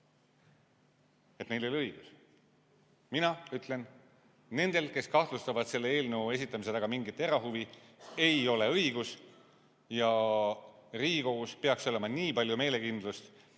et neil oli õigus. Mina ütlen: nendel, kes kahtlustavad selle eelnõu esitamise taga mingit erahuvi, ei ole õigus. Riigikogul peaks olema nii palju meelekindlust,